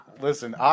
listen